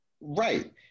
Right